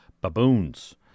baboons